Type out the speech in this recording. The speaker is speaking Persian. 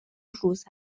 روز